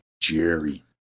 Jerry